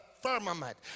firmament